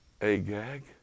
Agag